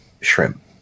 shrimp